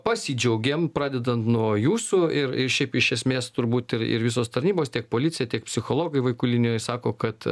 pasidžiaugėm pradedant nuo jūsų ir ir šiaip iš esmės turbūt ir ir visos tarnybos tiek policija tiek psichologai vaikų linijoj sako kad